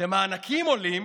כשהמענקים עולים